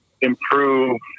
improve